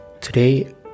Today